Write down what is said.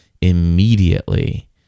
immediately